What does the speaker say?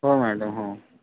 हो मॅडम हो